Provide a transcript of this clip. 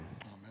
Amen